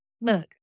look